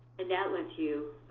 and that lets you